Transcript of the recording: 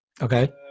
Okay